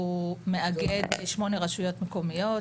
הוא מאגד שמונה רשויות מקומיות.